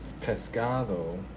Pescado